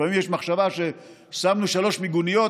לפעמים יש מחשבה שאם שמנו שלוש מיגוניות,